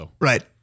Right